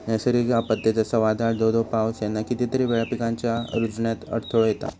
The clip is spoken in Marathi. नैसर्गिक आपत्ते, जसा वादाळ, धो धो पाऊस ह्याना कितीतरी वेळा पिकांच्या रूजण्यात अडथळो येता